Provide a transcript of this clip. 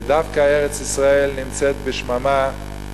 ודווקא ארץ-ישראל נמצאת בשממה,